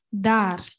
Dar